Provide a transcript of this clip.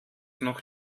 noch